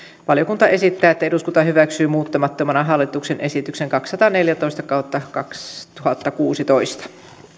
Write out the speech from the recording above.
valiokunta esittää että eduskunta hyväksyy muuttamattomana hallituksen esityksen kaksisataaneljätoista kautta kaksituhattakuusitoista